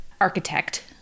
architect